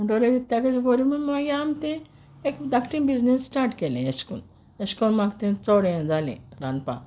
म्हुणटोरी ताचे वोरवीं आम तें एक धाकटें बिजनेस स्टार्ट केलें अेश कोन्न अेश कोन्न म्हाक तें चोड यें जालें रांदपाक